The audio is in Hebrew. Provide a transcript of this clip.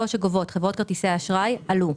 שגובות חברות כרטיסי האשראי עלו.